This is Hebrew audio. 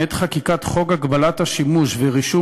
מעת חקיקת חוק הגבלת השימוש ורישום